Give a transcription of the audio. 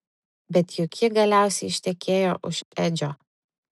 bet juk ji galiausiai ištekėjo už edžio